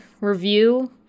review